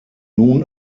nun